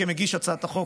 מגיש הצעת החוק,